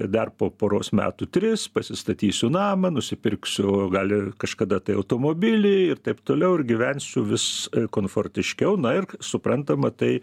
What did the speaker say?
ir dar po poros metų tris pasistatysiu namą nusipirksiu gal ir kažkada tai automobilį ir taip toliau ir gyvensiu vis komfortiškiau na ir suprantama tai